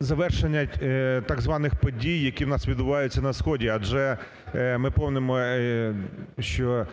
завершення так званих подій, які у нас відбуваються на сході адже ми пам'ятаємо, що